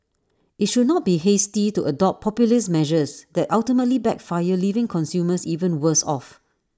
IT should not be hasty to adopt populist measures that ultimately backfire leaving consumers even worse off